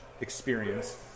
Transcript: experience